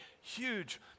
huge